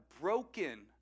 broken